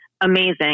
amazing